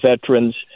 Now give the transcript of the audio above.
veterans